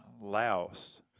Laos